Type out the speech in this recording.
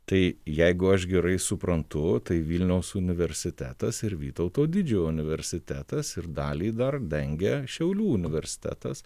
tai jeigu aš gerai suprantu tai vilniaus universitetas ir vytauto didžiojo universitetas ir dalį dar dengia šiaulių universitetas